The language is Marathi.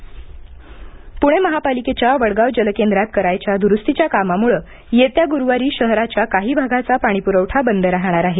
पाणी पुणे महापालिकेच्या वडगाव जलकेंद्रात करायच्या दुरुस्तीच्या कामामुळे येत्या गुरुवारी शहराच्या काही भागाचा पाणीपुरवठा बंद राहणार आहे